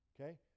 Okay